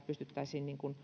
pystyttäisiin